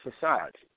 society